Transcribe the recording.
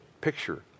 picture